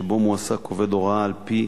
שבו מועסק עובד הוראה על-פי